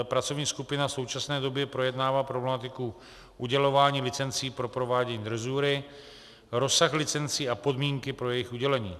Pracovní skupina v současné době projednává problematiku udělování licencí pro provádění drezury, rozsah licencí a podmínky pro jejich udělení.